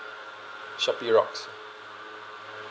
Shopee rocks